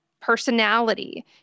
personality